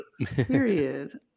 Period